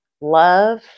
love